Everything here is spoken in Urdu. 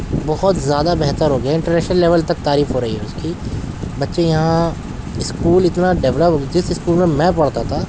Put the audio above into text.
بہت زیادہ بہتر ہو گیا انٹرنیشنل لیول تک تعریف ہو رہی ہے اس کی بچے یہاں اسکول اتنا ڈولپڈ ہو گئی جس اسکول میں میں پڑھتا تھا